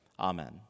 Amen